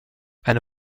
eine